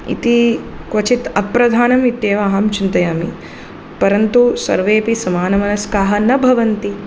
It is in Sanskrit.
इति क्वचित् अप्रधानमित्येव अहं चिन्तयामि परन्तु सर्वेपि समानमनस्काः न भवन्ति